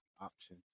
option